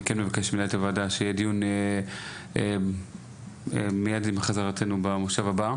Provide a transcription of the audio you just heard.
אני כן מבקש ממנהלת הוועדה שיהיה דיון מיד עם חזרתנו במושב הבא.